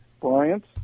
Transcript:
Bryant